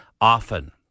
often